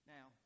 Now